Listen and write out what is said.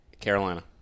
Carolina